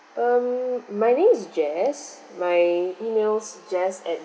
um my name is jess my email's jess at